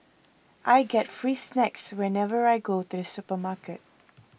I get free snacks whenever I go to supermarket